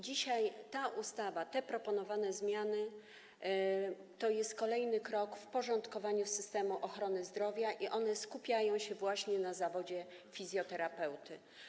Dzisiaj ta ustawa, proponowane zmiany to jest kolejny krok w porządkowaniu systemu ochrony zdrowia, one skupiają się właśnie na zawodzie fizjoterapeuty.